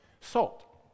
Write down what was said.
Salt